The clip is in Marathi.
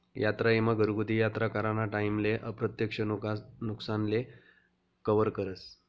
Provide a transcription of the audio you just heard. यात्रा ईमा घरगुती यात्रा कराना टाईमले अप्रत्यक्ष नुकसानले कवर करस